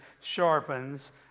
sharpens